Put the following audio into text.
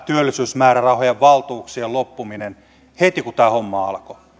työllisyysmäärärahojen valtuuksien loppuminen heti kun tämä homma alkoi